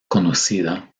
conocida